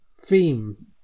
theme